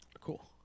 Cool